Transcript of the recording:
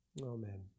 Amen